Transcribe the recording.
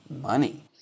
money